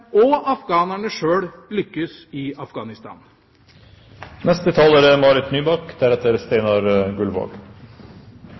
og afghanerne sjøl lykkes i